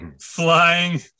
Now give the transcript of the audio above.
flying